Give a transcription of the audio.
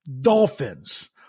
Dolphins